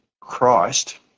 Christ